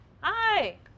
Hi